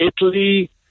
Italy